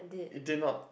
it did not